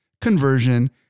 conversion